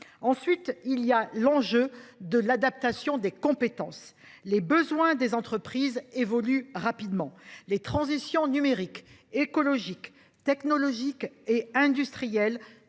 Deuxième enjeu : l’adaptation des compétences. Les besoins des entreprises évoluent rapidement. Les transitions numérique, écologique, technologique et industrielle